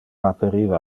aperiva